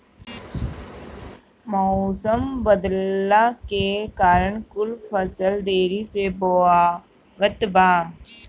मउसम बदलला के कारण कुल फसल देरी से बोवात बा